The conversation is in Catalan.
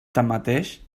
tanmateix